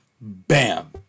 Bam